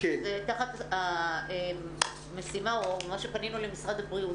זאת משימה או פנייה למשרד הבריאות,